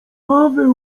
paweł